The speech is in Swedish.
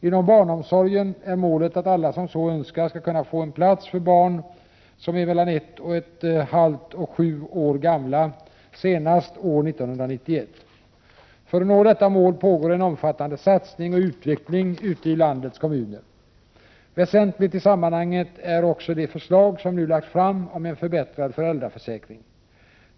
Inom barnomsorgen är målet att alla som så önskar skall kunna få en plats för barn som är mellan ett och ett halvt och sju år gamla senast år 1991. För att nå detta mål pågår en omfattande satsning och utveckling ute i landets kommuner. Väsentligt i sammanhanget är också det förslag som nu lagts fram om en förbättrad föräldraförsäkring.